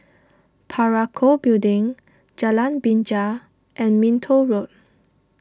Parakou Building Jalan Binja and Minto Road